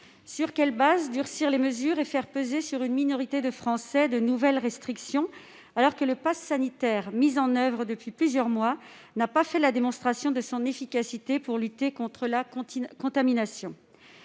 Sur quelles bases durcir les mesures et faire peser sur une minorité de Français de nouvelles restrictions, alors que le passe sanitaire, mis en oeuvre depuis plusieurs mois, n'a pas fait la démonstration de son efficacité pour lutter contre la contamination ?